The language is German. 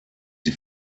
sie